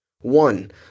One